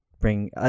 bring